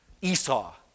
Esau